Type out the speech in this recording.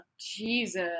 Jesus